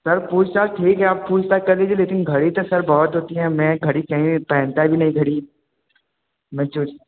sir पूछताछ ठीक है आप पूछताछ कर लीजिए लेकिन घड़ी तो सर बहुत होती है मैं घड़ी पे पहनता भी नहीं घड़ी मैं चो